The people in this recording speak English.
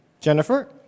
Jennifer